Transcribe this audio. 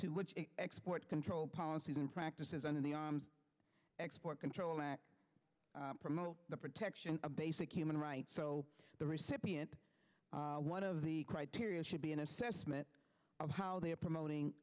to which export control policies and practices under the export control act promote the protection of basic human rights so the recipient one of the criteria should be an assessment of how they're promoting